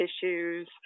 tissues